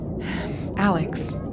Alex